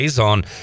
on